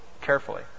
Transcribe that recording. carefully